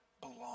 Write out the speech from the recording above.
belong